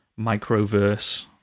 microverse